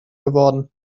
geworden